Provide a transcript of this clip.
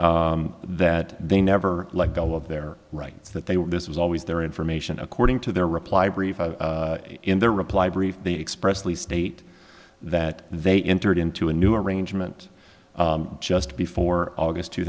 that they never let go of their rights that they were this was always there information according to their reply brief in their reply brief the expressly state that they entered into a new arrangement just before august two